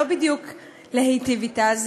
לא בדיוק להיטיב אתה.